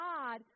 God